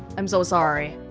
i'm so sorry